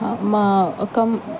मां कमु